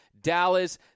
Dallas